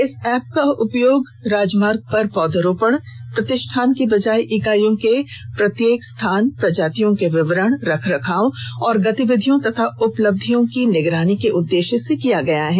इस ऐप का उपयोग राजमार्ग पर पौधरोपण प्रतिष्ठान की क्षेत्रीय इकाइयों के प्रत्येक स्थान प्रजातियों के विवरण रखरखाव और गतिविधियों तथा उपलब्धियों की निगरानी के उद्देश्य से किया गया है